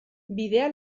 bidea